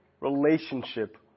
relationship